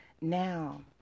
Now